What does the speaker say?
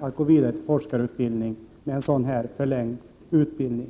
att gå vidare till forskarutbildning uppnås med en förlängd utbildning.